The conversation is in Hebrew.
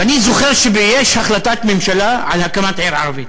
ואני זוכר שיש החלטת ממשלה על הקמת עיר ערבית.